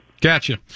gotcha